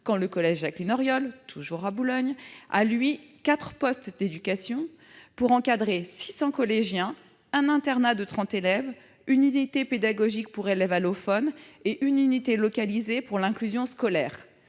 quand le collège Jacqueline-Auriol, toujours à Boulogne-Billancourt, est doté de quatre postes pour encadrer 600 collégiens, un internat de 30 élèves, une unité pédagogique pour élèves allophones et une unité localisée pour l'inclusion scolaire